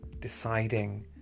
deciding